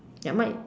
ya mine